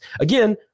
Again